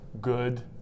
good